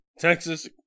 Texas